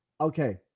Okay